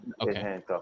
okay